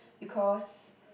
because